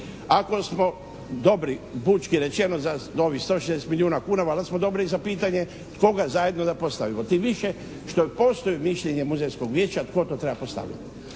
…/Govornik se ne razumije./… milijuna kuna valjda smo dobri i za pitanje koga zajedno da postavimo. Tim više što postoji mišljenje Muzejskog vijeća tko to treba postavljati.